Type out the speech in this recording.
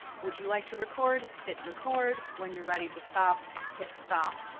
would you like to record? hit record. when you're ready to stop, hit stop.